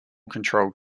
controlled